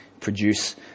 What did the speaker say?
produce